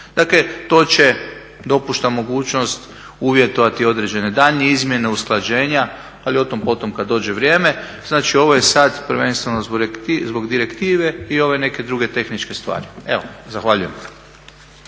Dakle to će, dopušta mogućnost uvjetovati određene daljnje izmjene, usklađenja ali otom potom kada dođe vrijeme. Znači ovo je sada prvenstveno zbog direktive i ove neke druge tehničke stvari. Evo, zahvaljujem.